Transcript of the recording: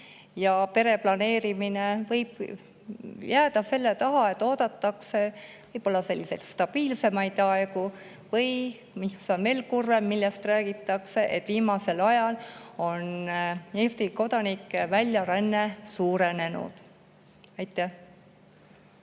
ja pereplaneerimine võib jääda selle taha, et oodatakse stabiilsemaid aegu. Mis on veel kurvem, millest räägitakse, [on see], et viimasel ajal on Eesti kodanike väljaränne suurenenud. Aitäh,